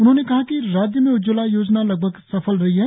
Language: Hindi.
उन्होंने कहा कि राज्य में उज्ज्वला योजना लगभग सफल रही है